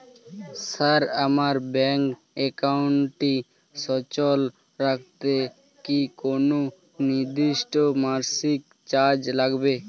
Sir আমার bank একাউন্টটি সচল রাখতে কি কোনো নির্দিষ্ট মাসিক চার্জ লাগবে?